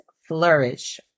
flourish